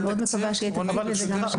אני מאוד מקווה שיהיה תקציב לזה גם בשנה הבאה.